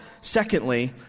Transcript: secondly